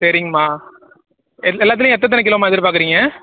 சரிங்கம்மா எல் எல்லாத்துலையும் எத்தனை எத்தனை கிலோம்மா எதிர்பார்க்குறீங்க